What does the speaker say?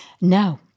No